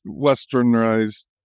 westernized